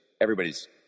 everybody's